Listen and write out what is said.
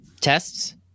tests